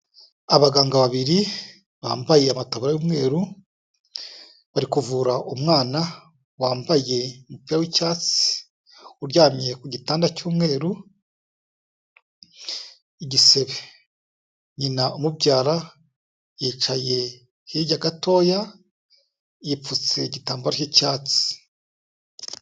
Abaganga babiri bambaye amataburiya y'umweru bari kuvura umwana wambaye umupira w'icyatsi, uryamye ku gitanda cy'umweru, igisebe. Nyina umubyara yicaye hirya gatoya, yipfutse igitambaro cy'icyatsi.